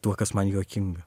tuo kas man juokinga